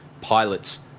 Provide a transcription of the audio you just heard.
pilots